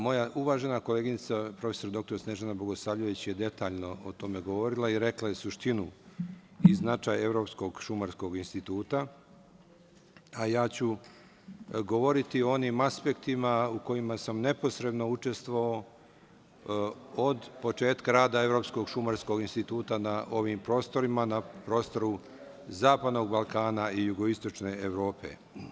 Moja uvažena koleginica prof. dr Snežana Bogosavljević je detaljno o tome govorila i rekla je suštinu i značaj Evropskog Šumarskog Instituta, a ja ću govoriti o onim aspektima u kojima sam neposredno učestvovao od početka rada Evropskog Šumarskog Instituta na ovim prostorima, na prostoru Zapadnog Balkana i Jugoistočne Evrope.